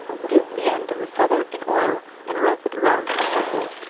dip the end of a feather in oil, and rub it round the stopple,